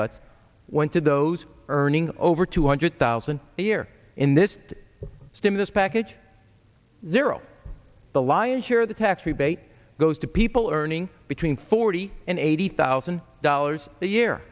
cuts went to those earning over two hundred thousand a year in this stimulus package zero the lion's share of the tax rebate goes to people earning between forty and eighty thousand dollars a year